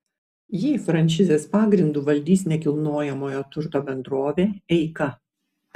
jį franšizės pagrindu valdys nekilnojamojo turto bendrovė eika